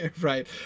right